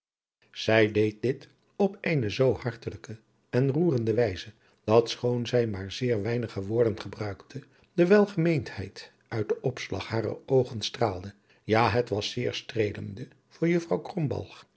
zij deed dit op eene zoo hartelijke en roerende wijze dat schoon zij maar zeer weinige woorden gebruikte de welmeenendheid uit den opslag harer oogen straalde ja het was zeer streelende voor juffrouw